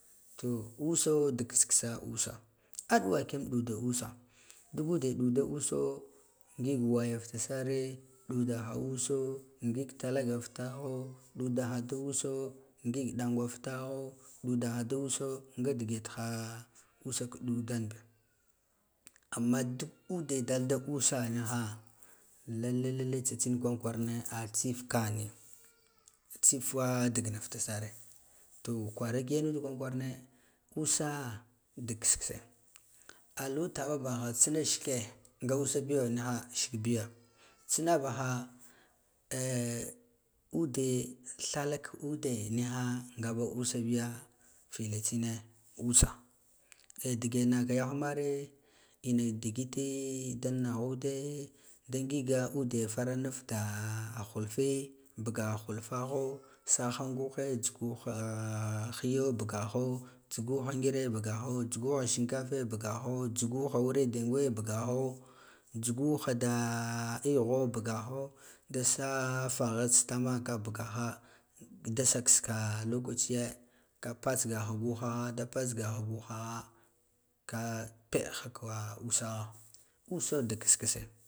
To uso dig kiss kise uso a ɗuwa kiyam ɗu da usa duk ude ɗuda uso ngig waya futa sare ɗudaha uso ngig talaga futahare ɗdudaha da wo ngig dəngo fataho ɗudaha da uso nga dige daha usa ɗudanbi amma duk ude dalda usana lalle lalle tsatsin kwara kwarane tsifka niya tsifa digina futa sare to kwara rigan kwaran kwarane usa dua kiss kise wotaba baha tsina sheke ngaba usa biya niha shik biyo eh ade eh thalaka ude niha nga usa biya fila tsine usa eh digen naka yahmare ina digite dan naghude da ngiga ude faranaf daa hulfe bugaha hulfaho sahanngahe jhuguha higo bugaho jhuguha ngire bugaho jhuguha shinkafe bugaho jhuguha urna dengwe bugaho jhuguha da egho bugaho da sa vaghas tsa tama ka bugaha kada sakha lokachiye ka patsgaha guhaha ka peeha ka usah a usa duk kiss kise.